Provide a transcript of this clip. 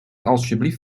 alsjeblieft